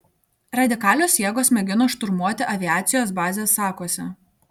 radikalios jėgos mėgino šturmuoti aviacijos bazę sakuose